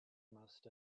most